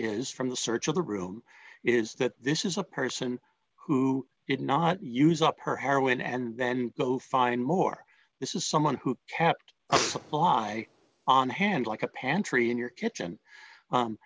is from the search of the room is that this is a person who did not use up her heroin and then go find more this is someone who kept the law i on hand like a pantry in your kitchen